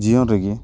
ᱡᱤᱭᱚᱱ ᱨᱮᱜᱮ